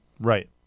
Right